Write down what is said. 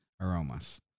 aromas